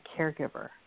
caregiver